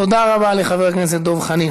תודה רבה לחבר הכנסת דב חנין.